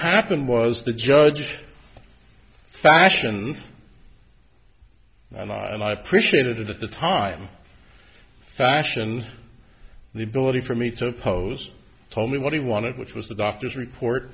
happened was the judge fashion and i and i appreciated it at the time fashion the ability for me to oppose told me what he wanted which was the doctor's report